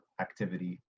activity